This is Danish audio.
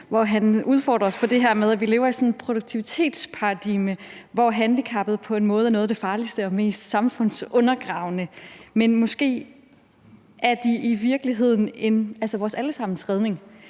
hvor han udfordrer os på det her med, at vi lever i sådan et produktivitetsparadigme, hvor handicappede på en måde er noget af det farligste og mest samfundsundergravende, men måske er de i virkeligheden vores alle sammens redning